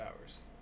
hours